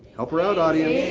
help her out audience.